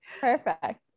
perfect